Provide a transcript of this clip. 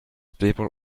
people